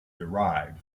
derived